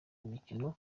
imikino